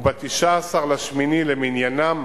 וב-19 באוגוסט למניינם,